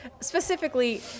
specifically